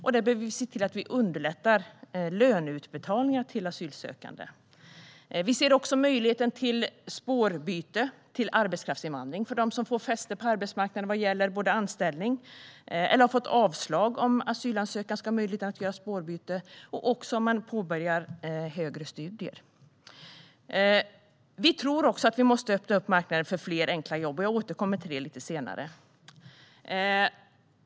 Vi behöver se till att vi underlättar löneutbetalningar till asylsökande. Vi ser också möjligheten till spårbyte till arbetskraftsinvandring. De som får fäste på arbetsmarknaden vad gäller anställning eller som har fått avslag på asylansökan ska ha möjligheten att göra ett spårbyte. Det gäller också om man påbörjar högre studier. Vi tror också att vi måste öppna marknaden för fler enkla jobb. Jag återkommer till det lite senare.